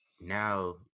now